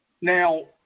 Now